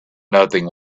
nothing